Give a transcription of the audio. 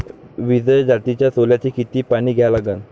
विजय जातीच्या सोल्याले किती पानी द्या लागन?